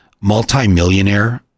Multi-millionaire